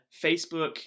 facebook